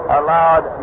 allowed